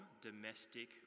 domestic